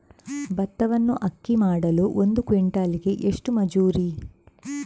ಭತ್ತವನ್ನು ಅಕ್ಕಿ ಮಾಡಲು ಒಂದು ಕ್ವಿಂಟಾಲಿಗೆ ಎಷ್ಟು ಮಜೂರಿ?